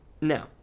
now